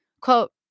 Quote